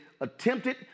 attempted